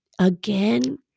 again